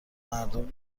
مردم